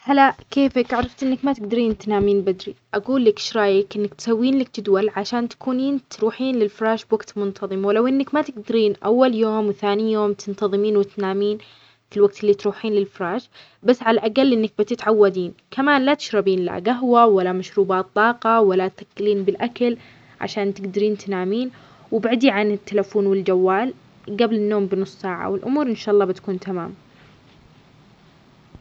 هلا كيفك؟ عرفت إنك ما تقدرين تنامين بدري، أقول لك إيش رأيك إنك تسوين لك جدول عشان تكونين تروحين للفراش بوقت منتظم، ولو إنك ما تقدرين أول يوم وثاني يوم تنتظمين وتنامين في الوقت اللي تروحين الفراش، بس على الأقل إنك بتتعودين كمان لا تشربين لا قهوة ولا مشروبات طاقة، ولا تأكلين بالأكل عشان تقدرين تنامين وبعديه عن التليفون والجوال. قبل النوم بنص ساعة، والأمور إن شاء الله بتكون تمام.